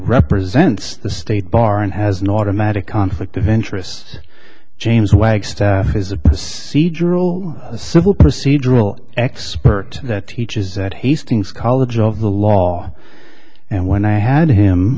represents the state bar and has an automatic conflict adventurous james wagstaff is a procedural civil procedural expert that teaches at hastings college of the law and when i had him